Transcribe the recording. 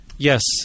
Yes